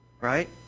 Right